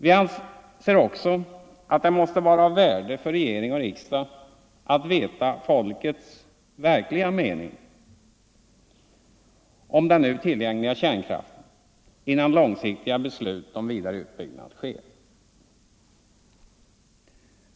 Vi anser också att det måste vara av värde för regering och riksdag att veta folkets verkliga mening om den nu tillgängliga kärnkraften, innan långsiktiga beslut om vidare utbyggnad sker.